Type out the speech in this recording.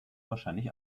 wahrscheinlich